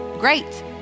great